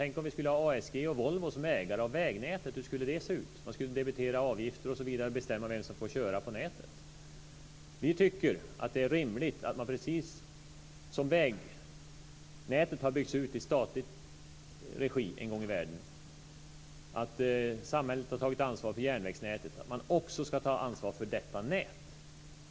Tänk om vi skulle ha ASG och Volvo som ägare av vägnätet! Hur skulle det se ut? Man skulle debitera avgifter osv. och bestämma vem som får köra på nätet. Vi tycker att det är rimligt att man, precis som vägnätet har byggts ut i statlig regi en gång i världen och samhället har tagit ansvar för järnvägsnätet, också ska ta ansvar för detta nät.